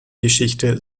geschichte